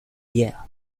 yeah